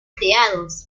creados